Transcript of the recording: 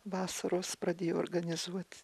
vasaros pradėjo organizuoti